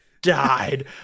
Died